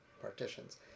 partitions